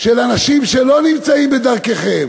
של אנשים שלא נמצאים בדרככם,